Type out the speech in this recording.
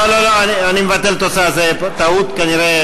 לא לא לא, אני מבטל את התוצאה, זו טעות כנראה.